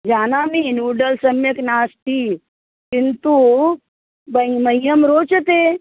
जानामि नूडल् सम्यक् नास्ति किन्तु बङ् मह्यं रोचते